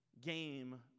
game